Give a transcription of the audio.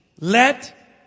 let